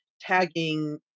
Tagging